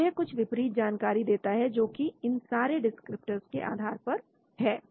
तो यह कुछ विपरीत जानकारी देता है जो कि इन सारे डिस्क्रिप्टर्स के आधार पर है